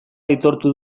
aitortu